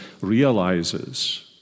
realizes